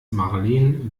marleen